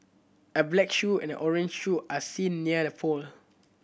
a black shoe and orange shoe are seen near the pole